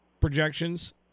projections